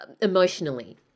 emotionally